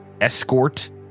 escort